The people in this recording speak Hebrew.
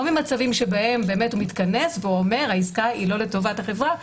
לא במצבים בהם הוא מתכנס ואומר שהעסקה היא לא לטובת החברה.